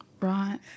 Right